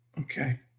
Okay